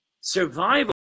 Survival